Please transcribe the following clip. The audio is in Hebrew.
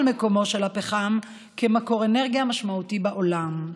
מקומו של הפחם כמקור אנרגיה המשמעותי בעולם.